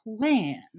plan